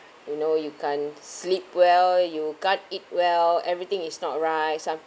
you know you can't sleep well you can't eat well everything is not right